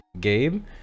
Gabe